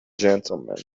gentlemen